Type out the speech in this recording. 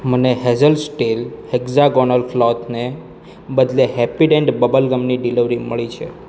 મને hazel steel hexagonal ક્લોથ્સને બદલે હેપ્પીડેન્ટ બબલ ગમની ડિલવરી મળી છે